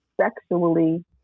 sexually